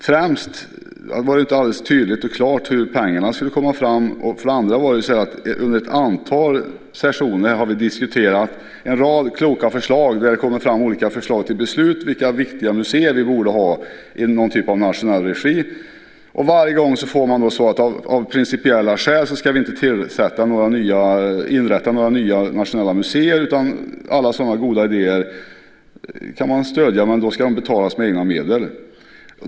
För det första var det inte alldeles tydligt varifrån pengarna skulle tas, och för det andra har vi under ett antal sessioner diskuterat vilka museer vi borde ha i något slags nationell regi. Det har då framkommit en rad kloka förslag, men varje gång har svaret varit att vi av principiella skäl inte ska inrätta några nya nationella museer. Man kan förvisso stödja alla goda idéer, med de ska då betalas med egna medel.